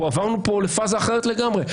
עברנו פה לפאזה אחרת לגמרי.